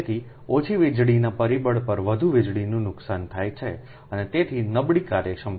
તેથી ઓછી વીજળીના પરિબળ પર વધુ વીજળીના નુકસાન થાય છે અને તેથી નબળી કાર્યક્ષમતા